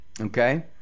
okay